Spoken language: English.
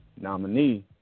nominee